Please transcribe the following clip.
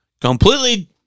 completely